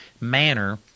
manner